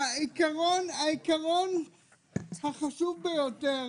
העיקרון החשוב ביותר